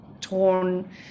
torn